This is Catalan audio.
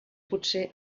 potser